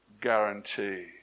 guarantee